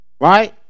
Right